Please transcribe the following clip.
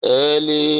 early